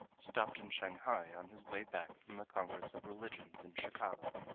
stopped in shanghai on his way back from the congress of religions in chicago.